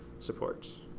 support.